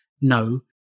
No